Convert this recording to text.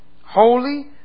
holy